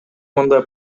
мындай